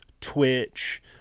Twitch